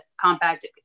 compact